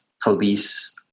police